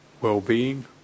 well-being